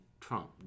Trump